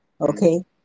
okay